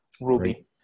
Ruby